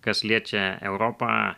kas liečia europą